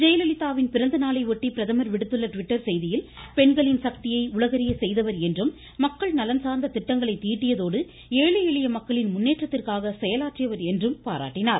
ஜெயலலிதாவின் பிறந்த நாளை செய்தியில் பெண்களின் சக்தியை உலகறிய செய்தவர் என்றும் மக்கள் நலன் சார்ந்த திட்டங்களை தீட்டியதோடு ஏழை எளிய மக்களின் முன்னேற்றத்திற்காக செயலாற்றியவர் என்றும் பாராட்டினார்